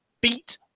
beat